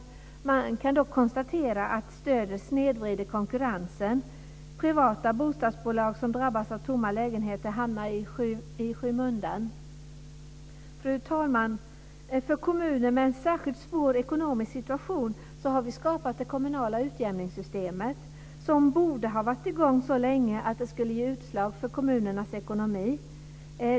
Man kan dock konstatera att stödet snedvrider konkurrensen. Privata bostadsbolag som drabbas av tomma lägenheter hamnar i skymundan. Fru talman! För kommuner med en särskilt svår ekonomisk situation har vi skapat det kommunala utjämningssystemet. Det borde nu ha varit i gång så länge att det skulle ge utslag för kommunernas ekonomi.